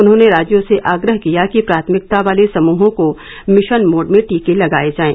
उन्होंने राज्यों से आग्रह किया कि प्राथमिकता वाले समूहों को मिशन मोड में टीके लगाए जाएं